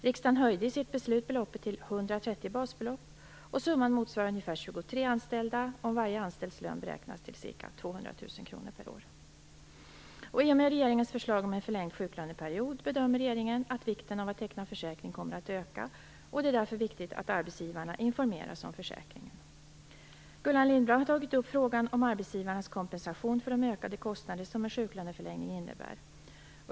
Riksdagen höjde i sitt beslut beloppet till I och med regeringens förslag om en förlängd sjuklöneperiod bedömer regeringen att vikten av att teckna försäkring kommer att öka. Det är därför viktigt att arbetsgivarna informeras om försäkringen. Gullan Lindblad har tagit upp frågan om arbetsgivarnas kompensation för de ökade kostnader som en sjuklöneförlängning innebär.